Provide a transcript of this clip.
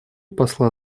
посла